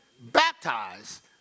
Baptized